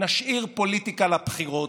נשאיר את הפוליטיקה לבחירות,